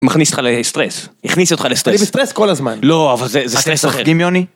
מכניס אותך לסטרס, הכניס אותך לסטרס. -אני בסטרס כל הזמן. -לא, אבל זה סטרס אחר. -מה, אתם צוחקים, יוני?